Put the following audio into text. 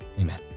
amen